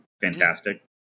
fantastic